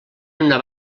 una